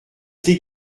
tes